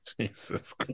jesus